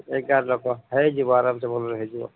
ଏଗାର ଲୋକ ହେଇଯିବ ଆରାମସେ ଭଲରେ ହେଇଯିବ